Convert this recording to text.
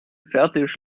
fertig